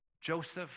Joseph